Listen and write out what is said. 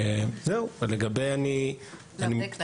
האם יש לעובדי כללית?